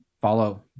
follow